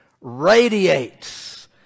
radiates